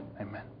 Amen